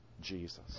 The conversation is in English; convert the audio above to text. Jesus